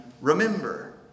Remember